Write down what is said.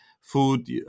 food